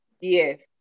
Yes